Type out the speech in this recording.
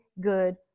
good